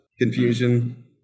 confusion